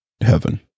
heaven